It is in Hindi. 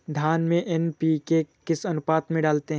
धान में एन.पी.के किस अनुपात में डालते हैं?